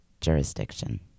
jurisdiction